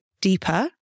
deeper